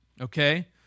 Okay